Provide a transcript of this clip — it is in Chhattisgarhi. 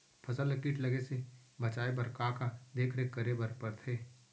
फसल ला किट लगे से बचाए बर, का का देखरेख करे बर परथे?